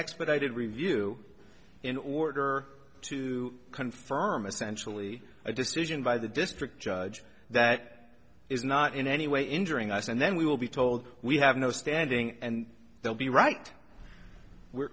expedited review in order to confirm essentially a decision by the district judge that is not in any way injuring us and then we will be told we have no standing and they'll be right we're